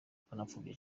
bakanapfobya